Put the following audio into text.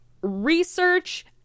research